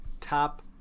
top